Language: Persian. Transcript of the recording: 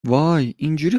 وای، اینجوری